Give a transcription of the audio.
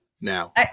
now